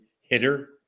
hitter